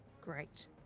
Great